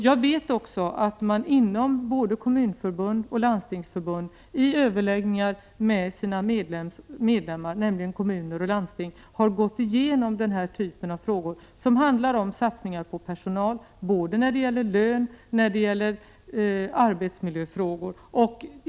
Jag vet att man inom både Kommunförbundet och Landstingsförbundet i överläggningar med sina medlemmar, dvs. kommuner och landsting, har gått igenom den här typen av frågor, som handlar om satsningar på personal både när det gäller lön och när det gäller arbetsmiljöfrågor.